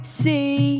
see